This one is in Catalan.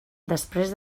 després